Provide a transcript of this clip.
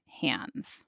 hands